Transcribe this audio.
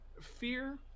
Fear